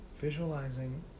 visualizing